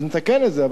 אז נתקן את זה.